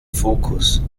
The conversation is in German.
focus